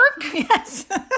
Yes